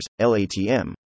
LATM